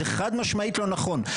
זה חד משמעת לא נכון.